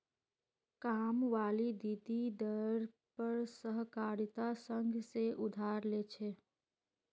कामवाली दीदी दर पर सहकारिता संघ से उधार ले छे